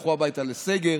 הלכו הביתה לסגר,